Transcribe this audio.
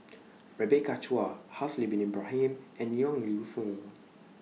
Rebecca Chua Haslir Bin Ibrahim and Yong Lew Foong